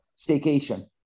staycation